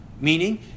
meaning